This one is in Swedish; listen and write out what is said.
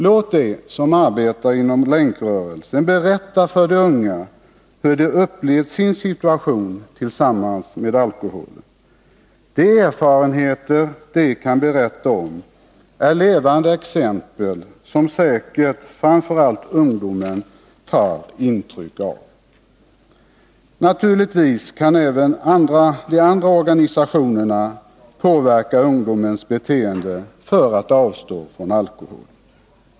Låt de som arbetar inom länkrörelsen berätta för de unga hur de upplevt sin situation tillsammans med alkoholen. De erfarenheter de kan berätta om är levande exempel, som säkert framför allt ungdomen tar intryck av. Naturligtvis kan även de andra organisationerna påverka ungdomens beteende till att avstå från alkohol.